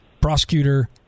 prosecutor